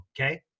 Okay